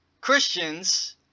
Christians